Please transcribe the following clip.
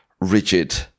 rigid